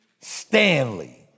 Stanley